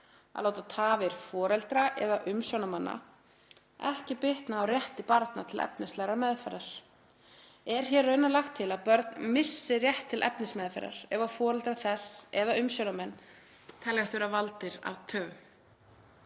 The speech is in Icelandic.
að láta tafir foreldra eða umsjónarmanna ekki bitna á rétti barna til efnislegrar meðferðar. Er hér raunar lagt til að börn missi rétt til efnismeðferðar ef foreldrar þess eða umsjónarmenn teljast vera valdir að töfum.